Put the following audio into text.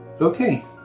Okay